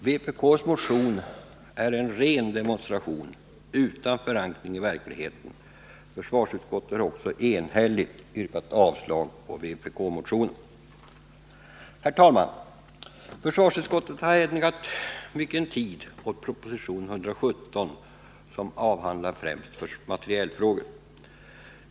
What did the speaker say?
Vpk:s motion är en ren demonstration utan förankring i verkligheten. Försvarsutskottet har också enhälligt yrkat avslag på vpk-motionen. Herr talman! Försvarsutskottet "har ägnat mycken tid åt proposition 117, som främst avhandlar materielfrågor.